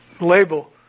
label